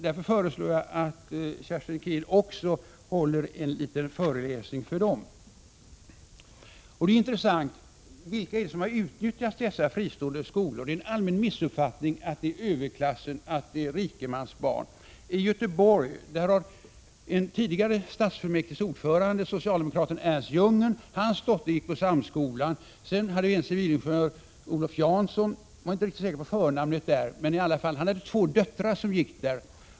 Därför föreslår jag att Kerstin Keen håller en liten föreläsning också för dem. Det är intressant att se vilka som har utnyttjat de fristående skolorna. Det är en allmän missuppfattning att det är överklassens barn och rikemansbarnen. I Göteborg har dottern till en tidigare stadsfullmäktigeordförande, socialdemokraten Ernst Jungen, gått i Samskolan. En civilingenjör Olof Jansson — jag är inte riktigt säker på förnamnet — hade två döttrar som gick där.